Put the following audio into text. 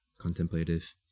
contemplative